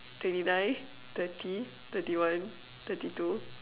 twenty nine thirty thirty one thirty two